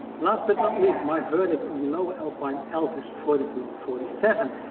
last but not least, my verdict on the lowe alpine altus forty two forty seven.